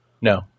No